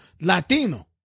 Latino